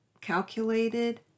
calculated